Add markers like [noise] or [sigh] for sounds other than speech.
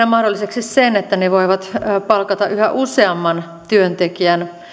[unintelligible] mahdolliseksi sen että ne voivat palkata yhä useamman työntekijän